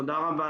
תודה רבה,